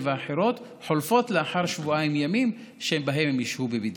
ואחרות חולפת לאחר שבועיים ימים שבהם הם ישהו בבידוד.